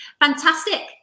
Fantastic